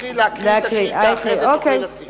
להקריא את השאילתא, ולאחר מכן תוכלי להוסיף.